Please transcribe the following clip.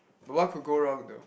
but what could go wrong though